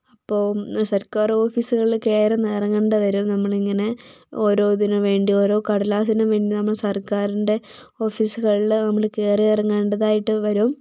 അപ്പോൾ ഈ സർക്കാർ ഓഫീസുകളിൽ കയറി നിരങ്ങേണ്ടി വരും നമ്മളിങ്ങനെ ഓരോ ഇതിനും വേണ്ടി ഓരോ കടലാസിനും വേണ്ടി നമ്മൾ സർക്കാരിൻ്റെ ഓഫീസുകളിൾ നമ്മൾ കയറി ഇറങ്ങേണ്ടതായിട്ട് വരും